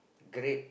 great